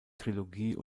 trilogie